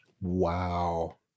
Wow